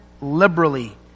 liberally